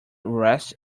rest